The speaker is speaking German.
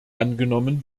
angenommen